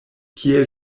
kiel